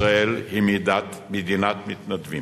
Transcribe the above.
ישראל היא מדינת מתנדבים.